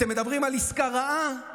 אתם מדברים על עסקה רעה